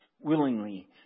willingly